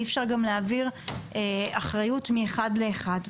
אי אפשר להעביר אחריות מאחד לאחד.